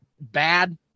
bad